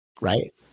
Right